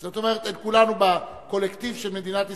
זאת אומרת, כולנו בקולקטיב של מדינת ישראל,